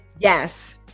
yes